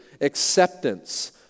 acceptance